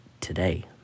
today